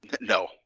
No